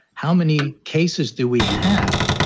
how many cases do we have?